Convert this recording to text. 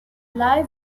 lie